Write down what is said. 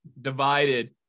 divided